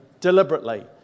deliberately